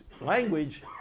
language